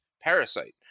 Parasite